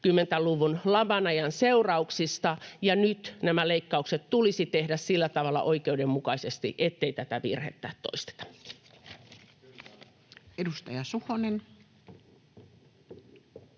90-luvun laman ajan seurauksista, ja nyt nämä leikkaukset tulisi tehdä sillä tavalla oikeudenmukaisesti, ettei tätä virhettä toisteta. [Speech